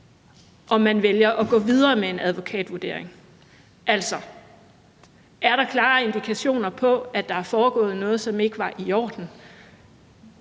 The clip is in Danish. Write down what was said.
om man vælger at gå videre med en advokatvurdering. Altså, er der klare indikationer på, at der er foregået noget, som ikke var i orden,